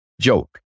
joke